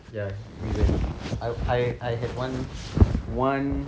ya we went I I I had one one